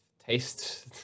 taste